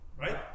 Right